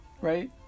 right